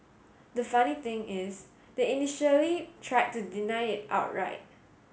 the funny thing is they initially tried to deny it outright